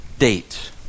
date